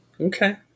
Okay